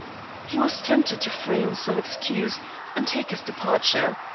he was tempted to frame some excuse and take his departure.